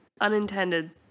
Unintended